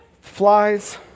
flies